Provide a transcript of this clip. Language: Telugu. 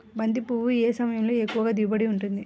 బంతి పువ్వు ఏ సమయంలో ఎక్కువ దిగుబడి ఉంటుంది?